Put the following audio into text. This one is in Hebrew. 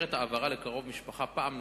מתאפשרת העברה לקרוב משפחה פעם נוספת,